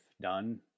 done